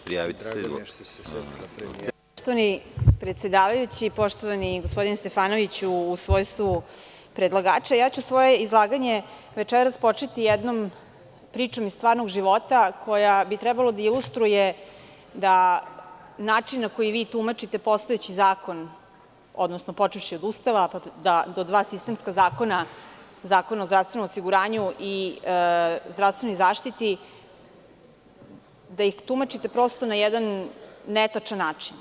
Poštovani predsedavajući, poštovani gospodine Stefanoviću u svojstvu predlagača, svoje izlaganje večeras ću početi jednom pričom iz stvarnog života koja bi trebalo da ilustruje način na koji vi tumačite postojeći zakon, odnosno počevši od Ustava do dva sistemska zakona, Zakona o zdravstvenom osiguranju i zdravstvenoj zaštiti, da ih tumačite na jedan netačan način.